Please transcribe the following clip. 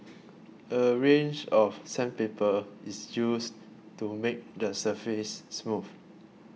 a range of sandpaper is used to make the surface smooth